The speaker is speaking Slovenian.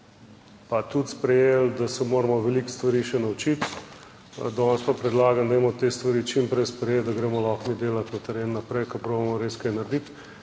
Pa tudi sprejeli, da se moramo veliko stvari še naučiti. Danes pa predlagam, dajmo te stvari čim prej sprejeti, da gremo lahko mi delati na teren naprej, ker probamo res kaj narediti.